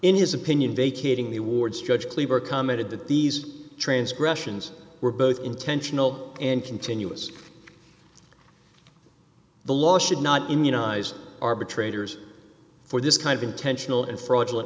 in his opinion vacating the wards judge kleber commented that these transgressions were both intentional and continuous the law should not immunized arbitrators for this kind of intentional and fraudulent